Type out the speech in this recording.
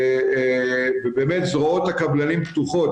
ובאמת זרועות הקבלנים פתוחות.